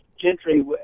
Gentry